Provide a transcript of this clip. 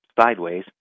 sideways